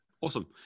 awesome